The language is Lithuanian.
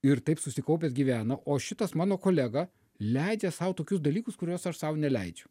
ir taip susikaupęs gyvena o šitas mano kolega leidžia sau tokius dalykus kuriuos aš sau neleidžiu